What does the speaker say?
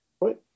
right